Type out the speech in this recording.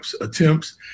attempts